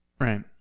Right